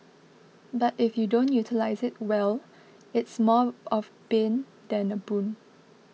but if you don't utilise it well it's more of bane than a boon